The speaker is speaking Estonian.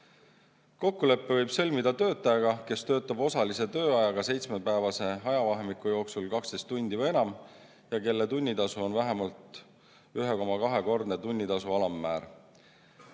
Kokkuleppe võib sõlmida töötajaga, kes töötab osalise tööajaga seitsmepäevase ajavahemiku jooksul 12 tundi või enam ja kelle tunnitasu on vähemalt 1,2‑kordne tunnitasu alammäär.